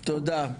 תודה.